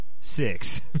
six